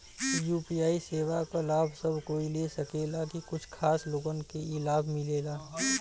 UPI सेवा क लाभ सब कोई ले सकेला की कुछ खास लोगन के ई लाभ मिलेला?